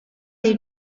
dei